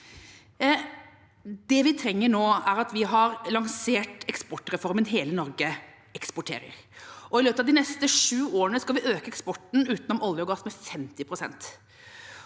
Vi har lansert eksportreformen Hele Norge eksporterer, og i løpet av de neste sju årene skal vi øke eksporten utenom olje og gass med 50